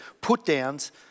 put-downs